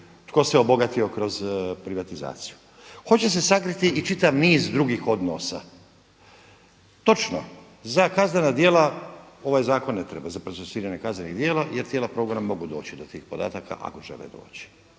tko se obogatio kroz privatizaciju. Hoće se sakriti i čitav niz drugih odnosa. Točno, za kaznena djela ovaj zakon ne treba, za procesuiranje kaznenih djela jer tijela progona mogu doći do tih podataka ako žele doći.